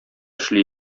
эшли